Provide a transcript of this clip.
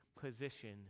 position